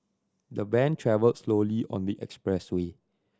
the van travelled slowly on the expressway